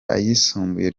ayisumbuye